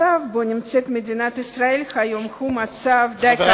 המצב שבו נמצאת מדינת ישראל היום הוא מצב די קשה.